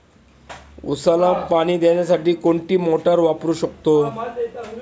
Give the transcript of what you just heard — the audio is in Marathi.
उसाला पाणी देण्यासाठी कोणती मोटार वापरू शकतो?